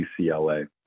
UCLA